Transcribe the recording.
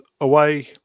away